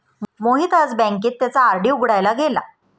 मोहित आज बँकेत त्याचा आर.डी उघडायला गेला